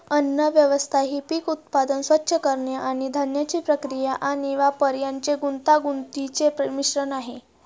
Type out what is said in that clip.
अन्नव्यवस्था ही पीक उत्पादन, स्वच्छ करणे आणि धान्याची प्रक्रिया आणि वापर यांचे गुंतागुंतीचे मिश्रण आहे